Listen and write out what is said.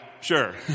sure